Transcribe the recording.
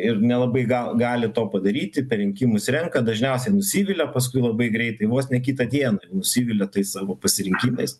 ir nelabai gal gali to padaryti per rinkimus renka dažniausiai nusivilia paskui labai greitai vos ne kitą dieną nusivilia tais savo pasirinkimais